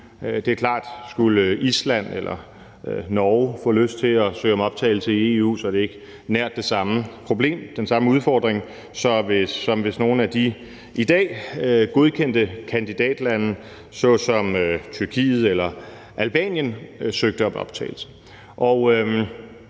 Det er klart, at skulle Island eller Norge få lyst til at søge om optagelse i EU, er det ikke nær det samme problem, den samme udfordring, som hvis nogle af de i dag godkendte kandidatlande såsom Tyrkiet eller Albanien søgte om optagelse.